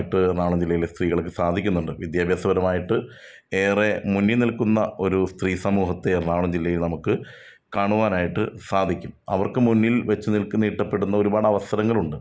മുന്നോട്ട് കുതിക്കുവാനായിട്ട് എറണാകുളം ജില്ലയിലെ സ്ത്രീകൾക്ക് സാധിക്കുന്നുണ്ട് വിദ്യാഭ്യാസപരമായിട്ട് ഏറെ മുന്നിൽ നിൽക്കുന്ന ഒരു സ്ത്രീ സമൂഹത്തെ എറണാകുളം ജില്ലയിൽ നമുക്ക് കാണുവാനായിട്ട് സാധിക്കും അവർക്ക് മുന്നിൽ വച്ച് നീട്ടപ്പെടുന്ന ഒരുപാട് അവസരങ്ങളുണ്ട്